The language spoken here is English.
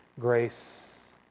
grace